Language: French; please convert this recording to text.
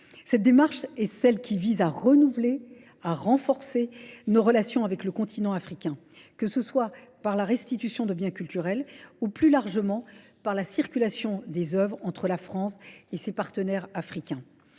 Cette démarche est celle qui vise à renouveler, à renforcer nos relations avec le continent africain, que ce soit par la restitution de biens culturels ou plus largement par la circulation des oeuvres entre la France et ses partenaires africains.